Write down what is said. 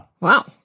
Wow